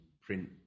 print